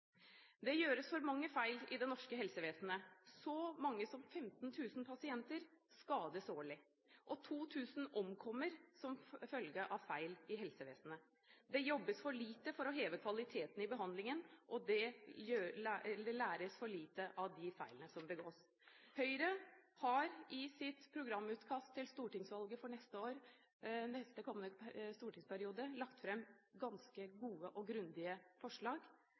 Det gjøres for mange feil i det norske helsevesenet. Så mange som 15 000 pasienter skades årlig, og 2 000 omkommer som følge av feil i helsevesenet. Det jobbes for lite for å heve kvaliteten i behandlingen, og det læres for lite av de feilene som begås. Høyre har i sitt programutkast til stortingsvalget for kommende stortingsperiode lagt fram ganske gode og grundige forslag.